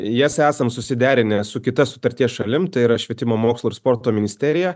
jas esam susiderinę su kita sutarties šalim tai yra švietimo mokslo ir sporto ministerija